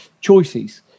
choices